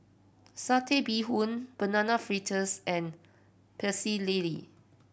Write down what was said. Satay Bee Hoon Banana Fritters and Pecel Lele